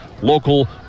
local